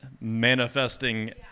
Manifesting